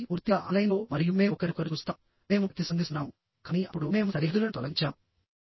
కాబట్టిపూర్తిగా ఆన్లైన్లో మరియు మేము ఒకరినొకరు చూస్తాముమేము ప్రతిస్పందిస్తున్నాముకానీ అప్పుడు మేము సరిహద్దులను తొలగించాము